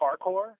parkour